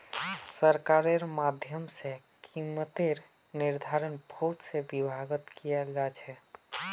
सरकारेर माध्यम से कीमतेर निर्धारण बहुत से विभागत कियाल जा छे